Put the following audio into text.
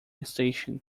station